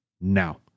Now